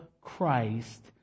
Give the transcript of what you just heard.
Christ